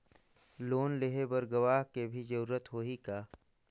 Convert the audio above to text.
Loan लेहे बर गवाह के भी जरूरत होही का?